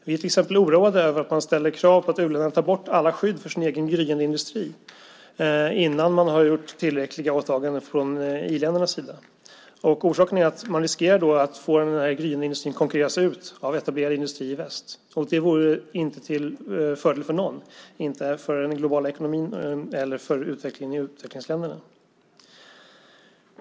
Vi är till exempel oroade över att man ställer krav på att u-länderna ska ta bort alla skydd för sin egen gryende industri innan man har gjort tillräckliga åtaganden från i-ländernas sida. Orsaken till vår oro är att den gryende industrin riskerar att konkurreras ut av etablerade industrier i väst. Det vore inte till fördel för någon - inte för den globala ekonomin eller för utvecklingen i utvecklingsländerna.